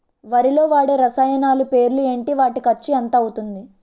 వరిలో వాడే రసాయనాలు పేర్లు ఏంటి? వాటి ఖర్చు ఎంత అవతుంది?